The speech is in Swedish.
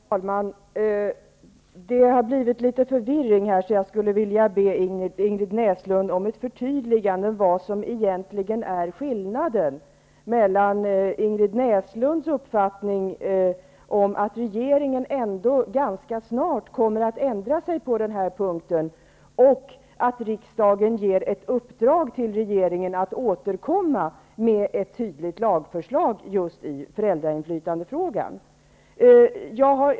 Herr talman! Det har blivit litet förvirring i debatten, så jag skulle vilja be Ingrid Näslund om ett förtydligande. Vad är egentligen skillnaden mellan Ingrid Näslunds uppfattning att regeringen ändå ganska snart kommer att ändra sig på den här punkten och att riksdagen ger regeringen i uppdrag att återkomma med ett tydligt lagförslag just i frågan om föräldrainflytande?